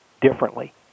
differently